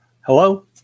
Hello